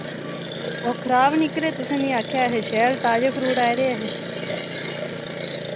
ओह् खराब निकले तुसें मिं आखेआ हा शैल ताजे फ्रूट आए दे अहैं